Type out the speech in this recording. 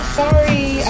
sorry